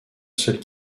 seule